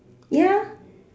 ya